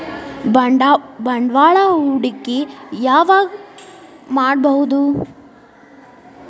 ಬಂಡವಾಳ ಹೂಡಕಿ ಯಾವಾಗ್ ಮಾಡ್ಬಹುದು?